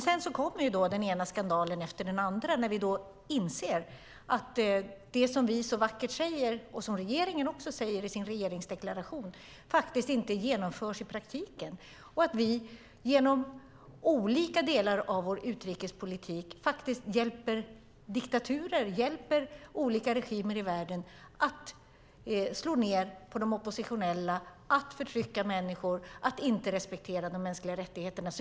Sedan kommer den ena skandalen efter den andra där vi inser att det vi så vackert säger och som regeringen också säger i sin regeringsdeklaration faktiskt inte genomförs i praktiken och att vi genom olika delar av vår utrikespolitik faktiskt hjälper diktaturer. Vi hjälper olika regimer i världen att slå ned på de oppositionella, att förtrycka människor, att inte respektera de mänskliga rättigheterna.